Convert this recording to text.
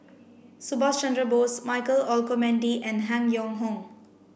Subhas Chandra Bose Michael Olcomendy and Han Yong Hong